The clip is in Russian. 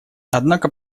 однако